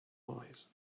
wise